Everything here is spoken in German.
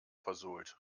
versohlt